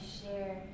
share